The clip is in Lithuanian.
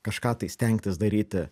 kažką tai stengtis daryti